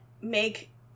make